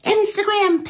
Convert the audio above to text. Instagram